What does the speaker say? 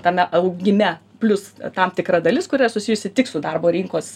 tame augime plius tam tikra dalis kuria susijusi tik su darbo rinkos